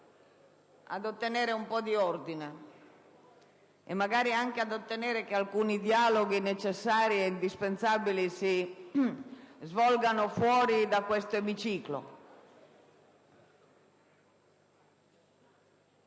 ad ottenere un po' di ordine, e magari anche che alcuni dialoghi necessari e indispensabili si svolgano fuori dall'emiciclo.